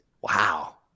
Wow